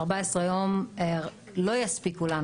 14 יום לא יספיקו לנו.